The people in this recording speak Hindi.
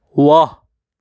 वाह